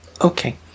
Okay